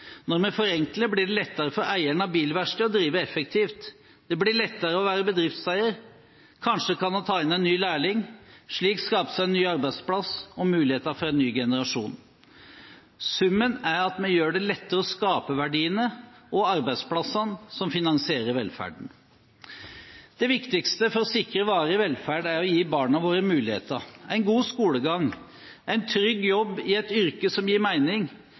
Når vi forenkler, blir det lettere for eieren av bilverkstedet å drive effektivt. Det blir lettere å være bedriftseier. Kanskje kan han ta inn en ny lærling? Slik skapes en ny arbeidsplass og muligheter for en ny generasjon. Summen er at vi gjør det lettere å skape verdiene og arbeidsplassene som finansierer velferden. Det viktigste for å sikre varig velferd er å gi barna våre muligheter: en god skolegang, en trygg jobb i et yrke som gir